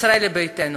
ישראל היא ביתנו.